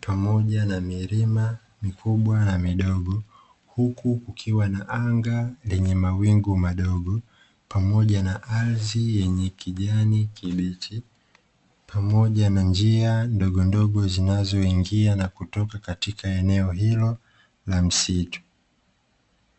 pamoja na milima mikubwa na midogo, huku kukiwa na anga lenye mawingu madogo, pamoja na ardhi yenye kijani kibichi pamoja na njia ndogondogo zinazoingia na kutoka katika eneo hilo la msitu.